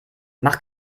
mach